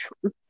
true